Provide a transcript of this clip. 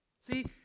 See